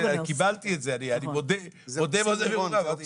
קיבלתי את זה, אני מודה, מודה ועוזב ירוחם.